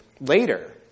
later